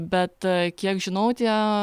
bet kiek žinau tie